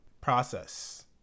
process